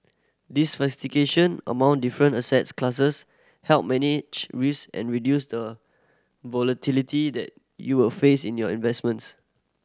among different asset classes help manage risk and reduce the volatility that you will face in your investments